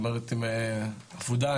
עם אפודה,